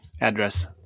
address